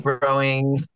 growing